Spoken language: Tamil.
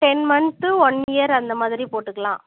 டென் மன்த் ஒன் இயர் அந்த மாதிரி போட்டுக்கலாம்